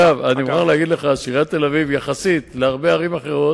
הפרדנו עכשיו בין השפכים של מעלה הנחל לאלה של מורד הנחל,